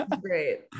Great